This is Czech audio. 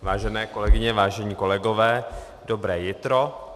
Vážené kolegyně, vážení kolegové, dobré jitro.